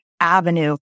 avenue